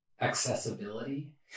Accessibility